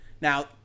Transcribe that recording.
Now